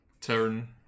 Turn